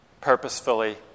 purposefully